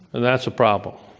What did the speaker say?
and that's a problem.